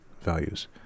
values